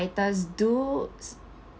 writers do